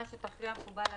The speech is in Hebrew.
מה שתכריע מקובל עלינו.